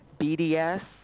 BDS